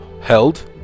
held